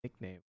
nickname